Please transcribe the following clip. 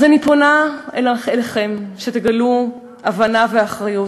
אז אני פונה אליכם שתגלו הבנה ואחריות,